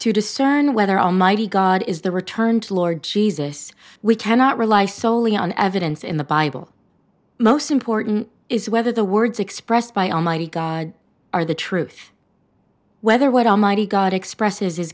to discern whether almighty god is the returned lord jesus we cannot rely solely on evidence in the bible most important is whether the words expressed by almighty god are the truth whether what almighty god expresses his